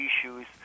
issues